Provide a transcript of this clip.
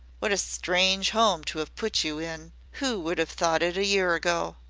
what a strange home to have put you in! who would have thought it a year ago?